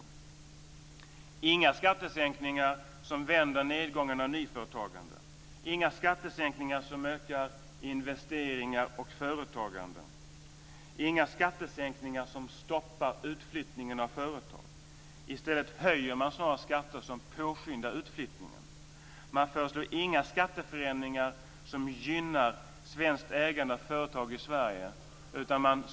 Vidare: inga skattesänkningar som vänder nedgången av nyföretagande, inga skattesänkningar som ökar investeringar och företagande, inga skattesänkningar som stoppar utflyttningen av företag. I stället höjer man skatter som påskyndar utflyttningen. Man föreslår inga skatteförändringar som gynnar svenskt ägande av företag i Sverige.